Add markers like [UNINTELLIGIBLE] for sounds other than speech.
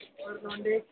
[UNINTELLIGIBLE]